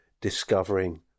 discovering